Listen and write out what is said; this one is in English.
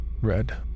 Red